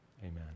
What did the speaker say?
Amen